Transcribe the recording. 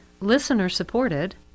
listener-supported